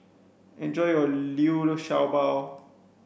enjoy your liu sha bao